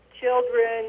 children